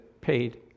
Paid